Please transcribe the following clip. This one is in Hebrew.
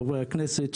חברי הכנסת,